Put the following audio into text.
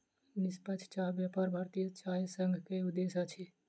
निष्पक्ष चाह व्यापार भारतीय चाय संघ के उद्देश्य अछि